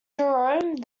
jerome